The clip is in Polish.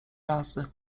razy